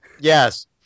Yes